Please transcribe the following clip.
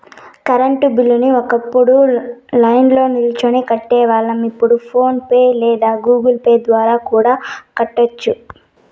current బిల్లుని ఒకప్పుడు లైన్ల్నో నిల్చొని కట్టేవాళ్ళం, ఇప్పుడు ఫోన్ పే లేదా గుగుల్ పే ద్వారా కూడా కట్టొచ్చు